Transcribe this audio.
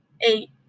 eight